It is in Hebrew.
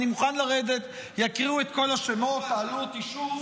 אני מוכן לרדת, יקריאו את כל השמות, תעלו, תשהו.